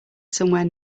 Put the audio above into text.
somewhere